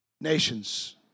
nations